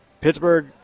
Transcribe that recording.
Pittsburgh